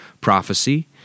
prophecy